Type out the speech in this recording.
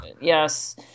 Yes